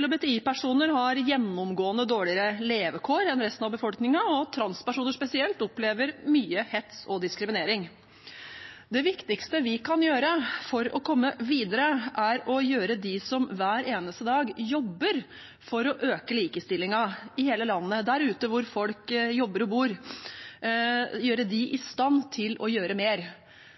LHBTI-personer har gjennomgående dårligere levekår enn resten av befolkningen, og transpersoner spesielt opplever mye hets og diskriminering. Det viktigste vi kan gjøre for å komme videre, er å gjøre dem som hver eneste dag jobber for å øke likestillingen i hele landet, der ute hvor folk jobber og bor, i stand til å gjøre mer.